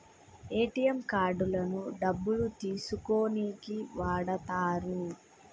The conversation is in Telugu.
ఏటీఎం కార్డులను డబ్బులు తీసుకోనీకి వాడతరు